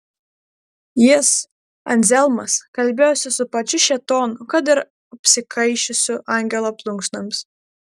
jis anzelmas kalbėjosi su pačiu šėtonu kad ir apsikaišiusiu angelo plunksnomis